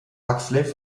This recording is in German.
huxley